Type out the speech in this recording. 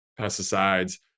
pesticides